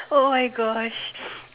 oh my Gosh